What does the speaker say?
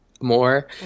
more